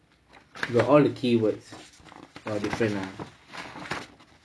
you got all the keywords oh different ah